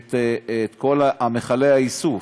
את כל מכלי האיסוף.